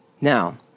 now